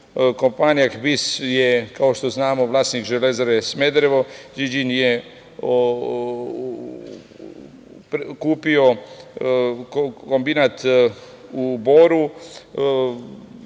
Kompanija HBIS je, kao što znamo, vlasnik Železare Smederevo, „Zi Jin“ je kupio kombinat u Boru.